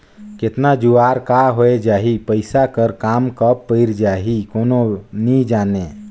केतना जुवार का होए जाही, पइसा कर काम कब पइर जाही, कोनो नी जानें